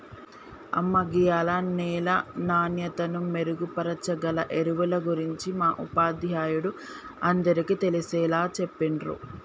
అమ్మ గీయాల నేల నాణ్యతను మెరుగుపరచాగల ఎరువుల గురించి మా ఉపాధ్యాయుడు అందరికీ తెలిసేలా చెప్పిర్రు